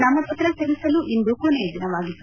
ನಾಮಪತ್ರ ಸಲ್ಲಿಸಲು ಇಂದು ಕೊನೆಯದಿನವಾಗಿತ್ತು